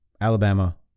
Alabama